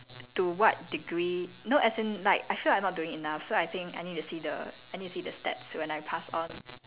to what degree no as in like I feel like I not doing enough so I think I need to see the I need to see the stats when I pass on